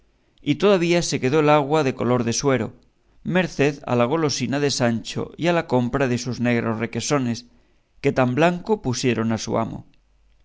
y todavía se quedó el agua de color de suero merced a la golosina de sancho y a la compra de sus negros requesones que tan blanco pusieron a su amo